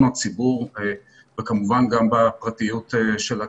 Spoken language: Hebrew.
הציבור וכמובן גם בפרטיות של הציבור.